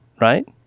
Right